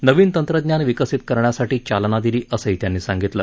नवीन तंत्रज्ञान विकसित करण्यासाठी चालना दिली असंही त्यांनी सांगितलं